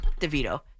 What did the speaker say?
DeVito